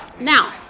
Now